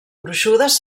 gruixudes